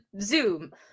Zoom